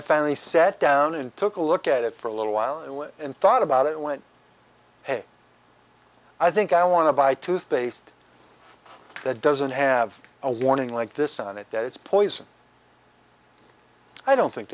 i finally sat down and took a look at it for a little while and when and thought about it went hey i think i want to buy toothpaste that doesn't have a warning like this on it that it's poison i don't think